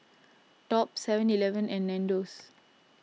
Top Seven Eleven and Nandos